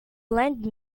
lend